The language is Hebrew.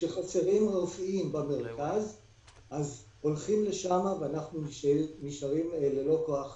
כשחסרים רופאים במרכז הולכים לשם ואנחנו נשארים ללא כוח אדם.